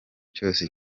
cyose